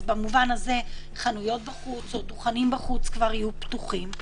אז במובן הזה חנויות בחוץ או דוכנים בחוץ כבר יהיו פתוחים,